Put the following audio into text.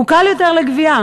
הוא קל יותר לגבייה,